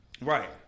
Right